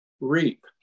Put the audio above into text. reap